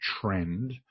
trend